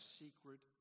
secret